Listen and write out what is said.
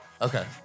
okay